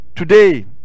today